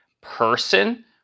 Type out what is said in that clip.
person